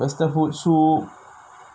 western food shiok